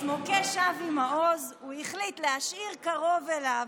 את מוקש אבי מעוז הוא החליט להשאיר קרוב אליו,